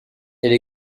elle